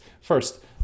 First